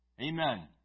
Amen